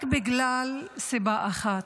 רק בגלל סיבה אחת: